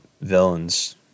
villains